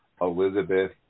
Elizabeth